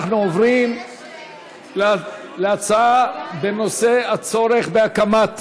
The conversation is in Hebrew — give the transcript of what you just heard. אנחנו עוברים להצעה בנושא: הצורך בהקמת